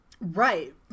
Right